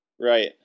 Right